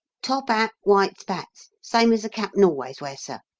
top hat, white spats same as the cap'n always wears, sir.